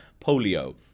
polio